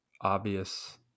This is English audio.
obvious